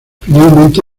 finalmente